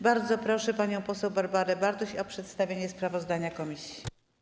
Bardzo proszę panią poseł Barbarę Bartuś o przedstawienie sprawozdania komisji.